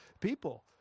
people